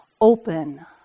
open